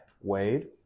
Wade